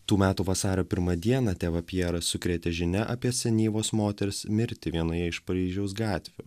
tų metų vasario pirmą dieną tėvą pjerą sukrėtė žinia apie senyvos moters mirtį vienoje iš paryžiaus gatvių